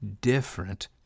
different